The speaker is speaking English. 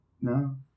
No